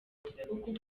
uku